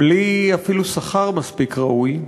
אפילו בלי שכר מספיק ראוי,